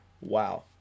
wow